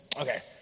okay